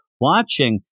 watching